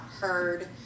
heard